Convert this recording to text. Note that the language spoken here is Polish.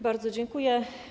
Bardzo dziękuję.